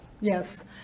Yes